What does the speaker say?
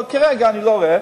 אבל כרגע אני לא רואה,